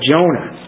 Jonah